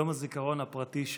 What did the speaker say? זה יום הזיכרון הפרטי שלו.